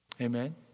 Amen